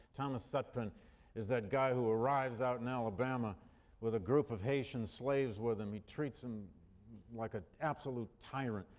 thomas sutpen is that guy who arrives out in alabama with a group of haitian slaves with him. he treats them like an absolute tyrant.